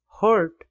hurt